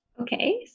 Okay